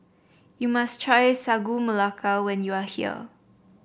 you must try Sagu Melaka when you are here